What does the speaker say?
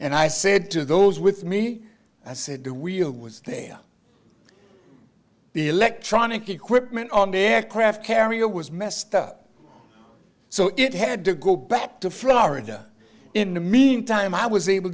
and i said to those with me i said the wheel was there the electronic equipment on the aircraft carrier was messed up so it had to go back to florida in the meantime i was able